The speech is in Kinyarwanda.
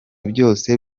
byose